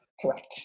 Correct